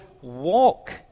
walk